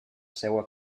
seua